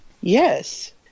Yes